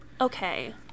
Okay